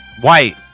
White